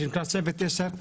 זה נקרא צוות 10,